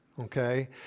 Okay